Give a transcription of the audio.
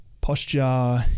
posture